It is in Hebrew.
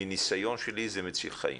מניסיון שלי, זה מציל חיים,